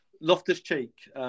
Loftus-Cheek